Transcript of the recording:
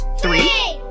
three